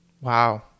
Wow